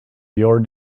your